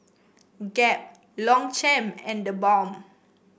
Gap Longchamp and TheBalm